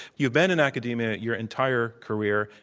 you've been in academia your entire career,